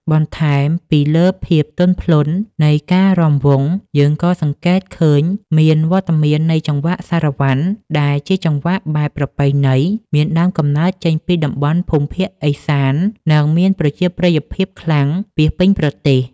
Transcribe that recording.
បន្ថែមពីលើភាពទន់ភ្លន់នៃការរាំវង់ យើងក៏សង្កេតឃើញមានវត្តមាននៃចង្វាក់សារ៉ាវ៉ាន់ ដែលជាចង្វាក់បែបប្រពៃណីមានដើមកំណើតចេញពីតំបន់ភូមិភាគឦសាន និងមានប្រជាប្រិយភាពខ្លាំងពាសពេញប្រទេស។